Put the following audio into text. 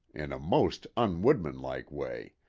in a most unwoodmanlike way,